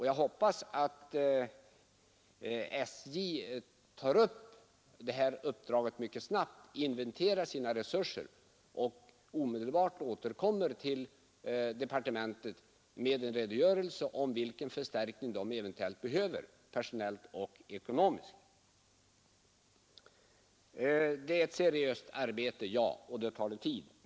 Jag hoppas att SJ tar upp det här uppdraget mycket snabbt, inventerar sina resurser och omedelbart återkommer till departementet med en redogörelse för vilka förstärkningar SJ eventuellt behöver personellt och ekonomiskt. Det är ett seriöst arbete — ja, och då tar det tid.